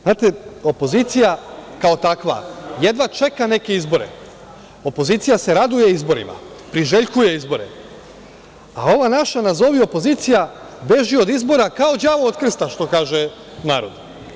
Znate, opozicija, kao takva, jedva čeka neke izbore, opozicija se raduje izborima, priželjkuje izbore, a ova naša nazovi opozicija beži od izbora kao đavo od krsta, što kaže narod.